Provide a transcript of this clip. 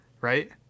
right